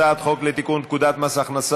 הצעת חוק הדרכונים (תיקון מתן דרכון לעולה),